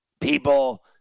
people